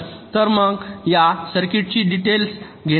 तर मी या सर्किटची डिटेल्स घेणार नाही